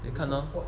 别看咯